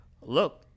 look